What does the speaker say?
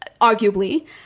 arguably